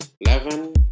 eleven